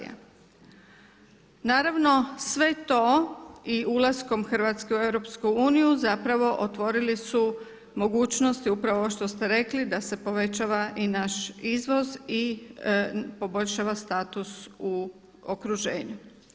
Naravno sve to i ulaskom Hrvatske u EU zapravo otvorili su mogućnosti upravo ovo što ste rekli da se povećava i naš izvoz i poboljšava status u okruženju.